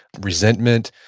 resentment.